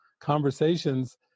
conversations